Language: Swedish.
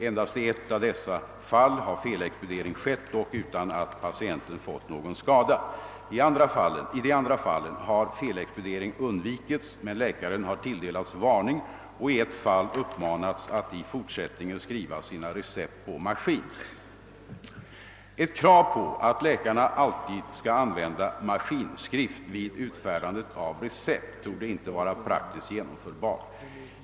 Endast i ett av dessa fall har en felexpediering skett, dock utan att patienten fått någon skada. I de andra fallen har felexpediering undvikits, men läkaren har tilldelats varning och i ett fall uppmanats att i fortsättningen skriva sina recept på maskin. Ett krav på att läkarna alltid skall använda maskinskrift vid utfärdandet av recept torde inte vara praktiskt genomförbart.